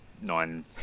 nine